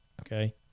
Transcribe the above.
Okay